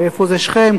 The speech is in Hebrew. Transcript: ואיפה זה שכם,